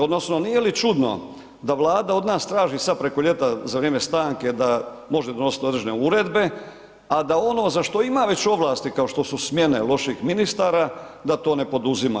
Odnosno nije li čudno da Vlada od nas traži sad preko ljeta za vrijeme stanke da može donositi određene uredbe a da ono za što ima već ovlasti kao što su smjene loših ministara da to ne poduzima